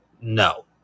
no